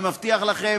אני מבטיח לכם,